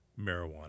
marijuana